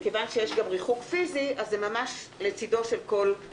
מכיוון שיש ריחוק פיזי זה ממש לצדו של כל חבר כנסת.